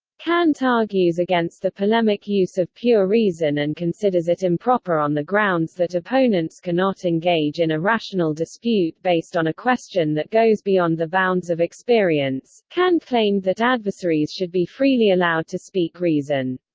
kant argues against the polemic use of pure reason and considers it improper on the grounds that opponents cannot engage in a rational dispute based on a question that goes beyond the bounds of experience kant claimed that adversaries should be freely allowed to speak reason.